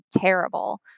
terrible